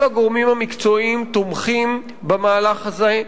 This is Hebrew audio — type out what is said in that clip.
כל הגורמים המקצועיים תומכים במהלך הזה.